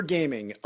Gaming